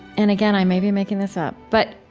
and again, i may be making this up, but,